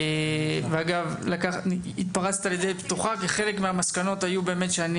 ואגב התפרצת לדלת פתוחה כי חלק מהמסקנות היו שאני